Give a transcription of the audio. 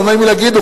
לא נעים לי להגיד,